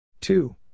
Two